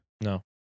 No